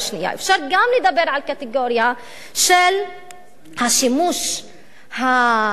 אפשר לדבר גם על קטגוריה של השימוש האכזרי